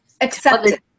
accepted